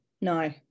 No